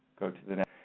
go to the next.